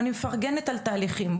אני מפרגנת על תהליכים.